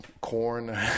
corn